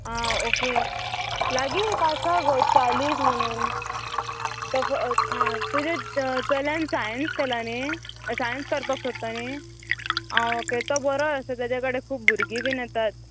आं ओके लागीं एक आसा गो चार्ली म्हणून तो आ तुजे चल्यान सायन्स केला न्ही सायन्स करपाक सोदता न्ही आं ओके तो बरो आसा तेजे कडेन खूब भुरगीं बीन येतात